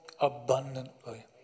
abundantly